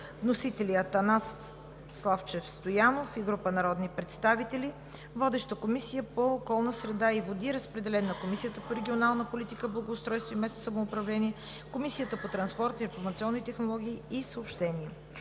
Вносители – Атанас Славчев Стоянов и група народни представители. Водеща е Комисията по околната среда и водите. Разпределен е на Комисията по регионална политика, благоустройство и местно самоуправление и на Комисията по транспорт, информационни технологии и съобщения.